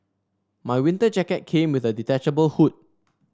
my winter jacket came with a detachable hood